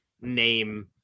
name